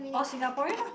all Singaporean lah